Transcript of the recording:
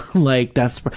like that's,